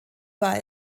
war